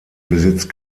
besitzt